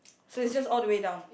so it's just all the way down